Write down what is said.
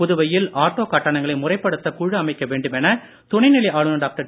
புதுவையில் ஆட்டோ கட்டணங்களை முறைப்படுத்த குழு அமைக்க வேண்டுமென துணைநிலை ஆளுனர் டாக்டர்